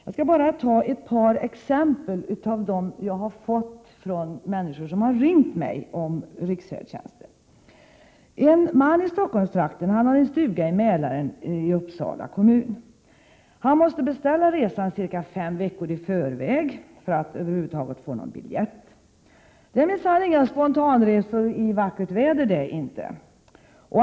Jag skall ta upp ett par exempel av de fall som jag har fått reda på av människor som ringt mig om riksfärdtjänsten. En man i Stockholmstrakten, som har en stuga vid Mälaren i Uppsala kommun, måste beställa resan ca 5 veckor i förväg för att över huvud taget få någon biljett. Det blir minsann inga spontanresor i vackert väder!